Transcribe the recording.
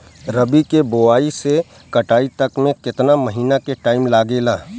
रबी के बोआइ से कटाई तक मे केतना महिना के टाइम लागेला?